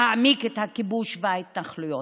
להעמיק את הכיבוש וההתנחלויות.